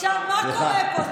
עכשיו, מה קורה פה?